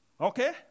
Okay